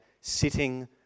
sitting